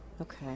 Okay